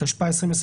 התשפ"א 2021